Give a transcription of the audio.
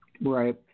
right